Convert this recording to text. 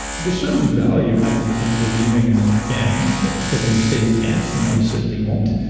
there's certainly value, and i think, in believing in and that you can yeah because when you say you can't, you know you certainly won't.